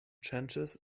chances